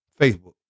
Facebook